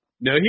No